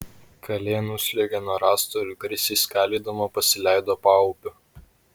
kalė nusliuogė nuo rąsto ir garsiai skalydama pasileido paupiu